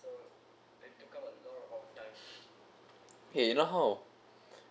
eh if not how